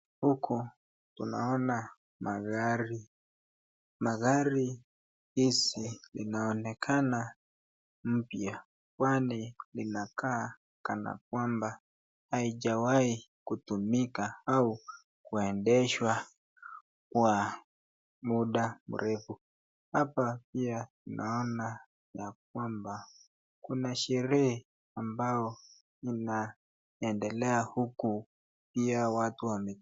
Huku naona magari, magari hizi zinaonekana mpya kwani linakaa kana kwamba haijawai kutumika au kuendeshwa kwa muda mrefu ,hapa pia naona ya kwamba kuna sherehe ambamo mnaendelea huku pia watu wame......